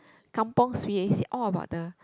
kampung Spirit is all about the